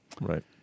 Right